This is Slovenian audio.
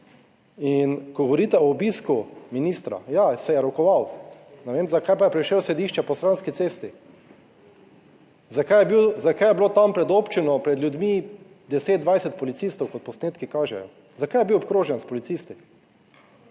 In ko govorite o obisku ministra, ja, se je rokoval, ne vem, zakaj, pa je prišel sodišče po stranski cesti? Zakaj je bilo tam pred občino pred ljudmi, 10, 20 policistov, kot posnetki kažejo, zakaj je bil obkrožen s policisti?